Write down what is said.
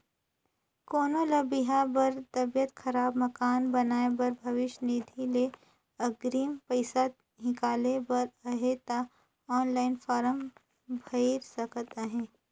कोनो ल बिहा बर, तबियत खराब, मकान बनाए बर भविस निधि ले अगरिम पइसा हिंकाले बर अहे ता ऑनलाईन फारम भइर सकत अहे